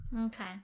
Okay